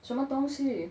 什么东西